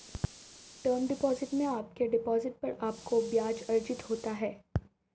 term deposit में आपके deposit पर आपको ब्याज़ अर्जित होता है